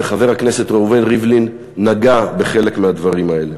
וחבר הכנסת ראובן ריבלין נגע בחלק מהדברים האלה.